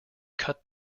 cut